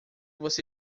você